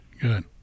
good